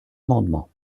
amendement